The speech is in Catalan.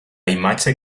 imatge